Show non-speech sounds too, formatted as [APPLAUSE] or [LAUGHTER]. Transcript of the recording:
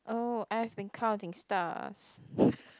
oh I've been counting stars [LAUGHS]